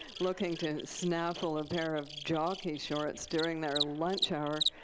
looking to snaffle a pair of jockey shorts during their lunch hour.